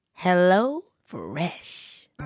HelloFresh